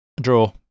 draw